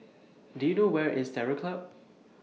Do YOU know Where IS Terror Club